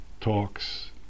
talks